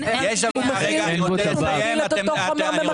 הוא מכיל את אותו חומר ממכר.